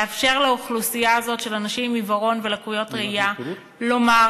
לאפשר לאוכלוסייה הזאת של אנשים עם עיוורון ולקויות ראייה לומר: